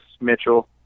Mitchell